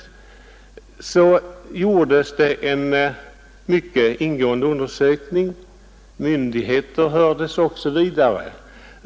Det gjordes en mycket ingående undersökning, myndigheter hördes osv.